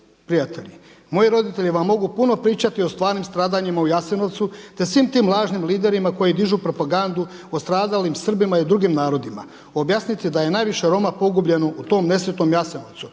prijatelji. Moji roditelji vam mogu puno pričati o stvarnim stradanjima u Jasenovcu, te svim tim lažnim liderima koji dižu propagandu o stradalim Srbima i drugim narodima. Objasnite da je najviše Roma pogubljeno u tom nesretnom Jasenovcu.